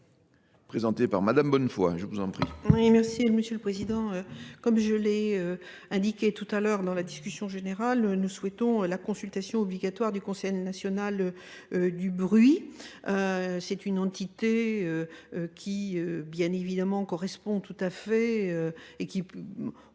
Présentée par Mme Bonnefoy, je vous en prie.